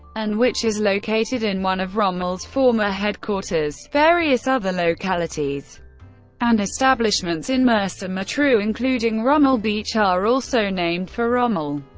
and which is located in one of rommel's former headquarters various other localities and establishments in mersa matruh, including rommel beach, are also named for rommel.